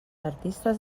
artistes